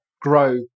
grow